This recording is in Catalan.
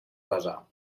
pesar